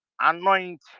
anoint